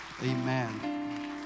Amen